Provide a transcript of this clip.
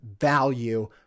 value